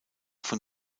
von